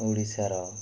ଓଡ଼ିଶାର